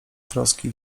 troski